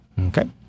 Okay